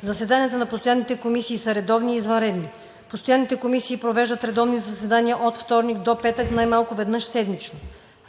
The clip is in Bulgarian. Заседанията на постоянните комисии са редовни и извънредни. Постоянните комисии провеждат редовни заседания от вторник до петък, най-малко веднъж седмично.